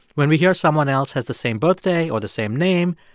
when we hear someone else has the same birthday or the same name,